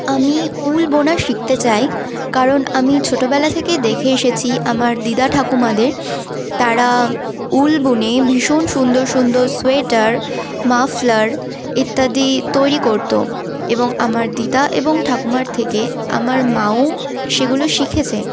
আমি উল বোনা শিখতে চাই কারণ আমি ছোটবেলা থেকে দেখে এসেছি আমার দিদা ঠাকুমাদের তারা উল বুনে ভীষণ সুন্দর সুন্দর সোয়েটার মাফলার ইত্যাদি তৈরি করত এবং আমার দিদা এবং ঠাকুমার থেকে আমার মাও সেগুলো শিখেছে